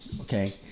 Okay